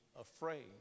afraid